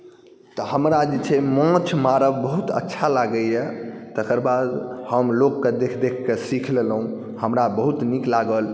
तऽ हमरा जे छै माछ मारब बहुत अच्छा लागैए तकर बाद हम लोकके देखि देखिके सीखि लेलहुँ हमरा बहुत नीक लागल